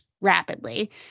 rapidly